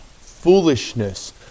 foolishness